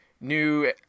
new